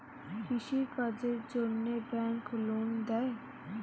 কৃষি কাজের জন্যে ব্যাংক লোন দেয়?